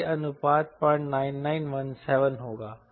तो यह अनुपात 09917 होगा